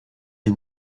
des